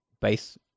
base